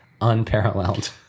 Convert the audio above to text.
unparalleled